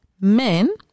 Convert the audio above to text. men